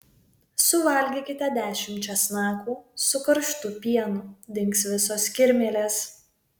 suvalgykite dešimt česnakų su karštu pienu dings visos kirmėlės